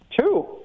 Two